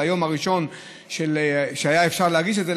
ביום הראשון שהיה אפשר להגיש את זה,